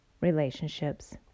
relationships